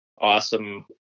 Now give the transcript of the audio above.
awesome